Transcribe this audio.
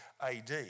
AD